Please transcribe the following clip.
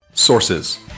sources